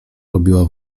robiła